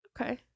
Okay